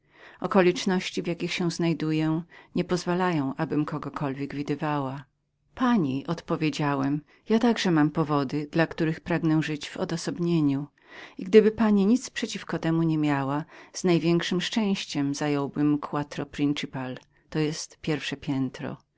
okoliczności w jakich się znajduję nie pozwalają abym kogokolwiek widywała pani odpowiedziałem ja także mam powody dla których pragnę żyć w odosobnieniu i gdybyś pani nic temu nie miała do zarzucenia z największem szczęściem zająłbym quarto principa to jest pierwsze piętro